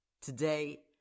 Today